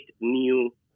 new